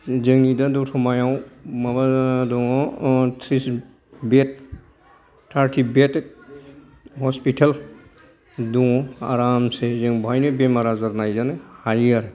जोंनि दा दतमायाव माबा दङ थारटि बेद हस्पिटेल दङ आरामसे जों बेहायनो बेराम आजार नायजानो हायो आरो